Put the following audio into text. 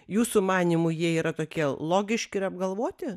jūsų manymu jie yra tokie logiški ir apgalvoti